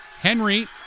Henry